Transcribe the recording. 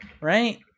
Right